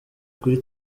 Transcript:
kuri